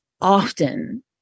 often